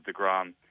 deGrom